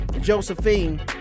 Josephine